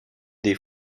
des